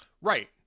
Right